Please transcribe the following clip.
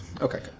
Okay